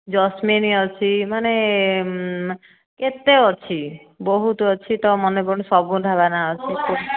Jasmine ଅଛି ମାନେ କେତେ ଅଛି ବହୁତ ଅଛି ତ ମନେ ସବୁ ଢାବା ନାଁ ଅଛି